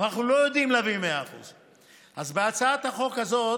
אבל אנחנו לא יודעים להביא 100%. אז בהצעת החוק הזאת